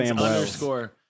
underscore